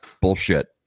bullshit